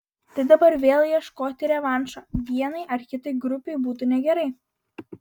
tai dabar vėl ieškoti revanšo vienai ar kitai grupei būtų negerai